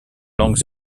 langues